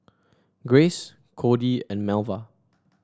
Grace Codey and Melva